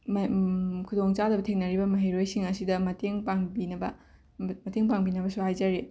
ꯃ ꯈꯨꯗꯣꯡꯆꯥꯗꯕ ꯊꯦꯡꯅꯔꯤꯕ ꯃꯍꯩꯔꯣꯏꯁꯤꯡ ꯑꯁꯤꯗ ꯃꯇꯦꯡ ꯄꯥꯡꯕꯤꯅꯕ ꯃꯇꯦꯡ ꯄꯥꯡꯕꯤꯅꯕꯁꯨ ꯍꯥꯏꯖꯔꯤ